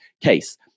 case